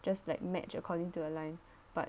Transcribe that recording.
just like match according to the line but